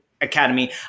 Academy